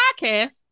podcast